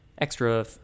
extra